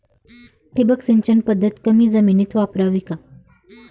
ठिबक सिंचन पद्धत कमी जमिनीत वापरावी का?